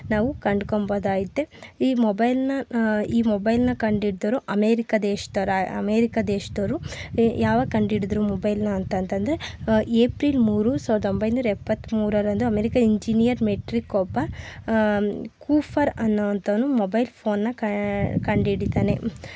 ನಾವು ಕಂಡ್ಕೋಬೊದಾಯ್ತೆ ಈ ಮೊಬೈಲ್ನ ಈ ಮೊಬೈಲ್ನ ಕಂಡಿಡಿದೋರು ಅಮೇರಿಕ ದೇಶದೋರು ಅಮೇರಿಕ ದೇಶದೋರು ಯಾವಾಗ ಕಂಡಿಡಿದ್ರು ಮೊಬೈಲ್ನ ಅಂತ ಅಂತಂದ್ರೆ ಏಪ್ರಿಲ್ ಮೂರು ಸಾವಿರ್ದ ಒಂಬೈನೂರ ಎಪ್ಪತ್ತ್ಮೂರರಂದು ಅಮೇರಿಕ ಇಂಜಿನಿಯರ್ ಮೆಟ್ರಿಕ್ ಕೊಪರ್ ಕೂಫರ್ ಅನ್ನೋಂಥವ್ನು ಮೊಬೈಲ್ ಫೋನ್ನ ಕಂಡಿಡಿತಾನೆ